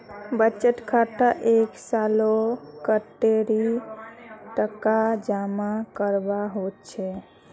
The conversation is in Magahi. बचत खातात एक सालोत कतेरी टका जमा करवा होचए?